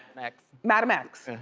x. madam x.